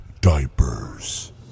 diapers